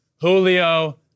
Julio